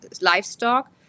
livestock